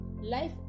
Life